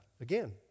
Again